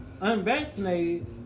unvaccinated